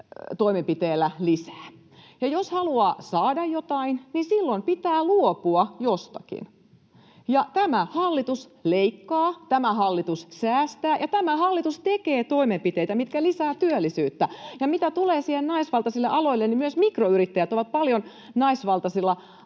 toimenpiteellä lisää. Jos haluaa saada jotain, niin silloin pitää luopua jostakin. Tämä hallitus leikkaa, tämä hallitus säästää, ja tämä hallitus tekee toimenpiteitä, jotka lisäävät työllisyyttä. Ja mitä tulee naisvaltaisiin aloihin, myös mikroyrittäjät ovat paljon naisvaltaisilla